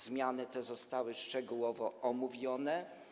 Zmiany te zostały szczegółowo omówione.